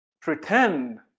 pretend